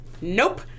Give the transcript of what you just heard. Nope